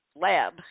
lab